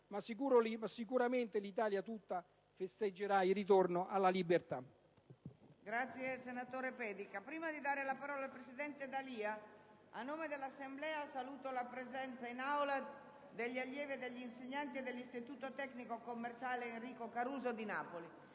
ma sicuramente l'Italia tutta festeggerà il ritorno alla libertà.